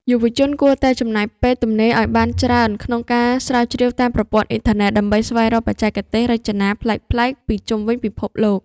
យុវជនគួរតែចំណាយពេលទំនេរឱ្យបានច្រើនក្នុងការស្រាវជ្រាវតាមប្រព័ន្ធអ៊ីនធឺណិត ដើម្បីស្វែងរកបច្ចេកទេសរចនាប្លែកៗពីជុំវិញពិភពលោក។